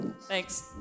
Thanks